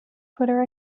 twitter